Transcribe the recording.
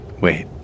Wait